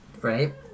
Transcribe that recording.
Right